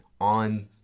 on